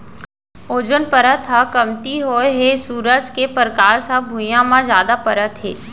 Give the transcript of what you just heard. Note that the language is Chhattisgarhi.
ओजोन परत ह कमती होए हे सूरज के परकास ह भुइयाँ म जादा परत हे